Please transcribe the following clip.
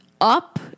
up